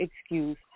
excuse